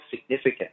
significant